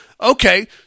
Okay